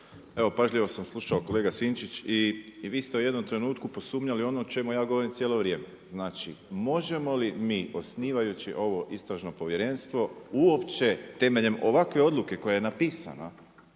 Evo pažljivo sam slušao kolega Sinčić. I vi ste u jednom trenutku posumnjali u ono o čemu ja govorim cijelo vrijeme. Znači možemo li mi osnivajući ovo istražno povjerenstvo uopće temeljem ovakve odluke koja je napisana,